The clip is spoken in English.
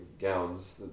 gowns